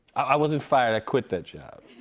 i wasn't fired. i quit that job.